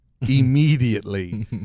immediately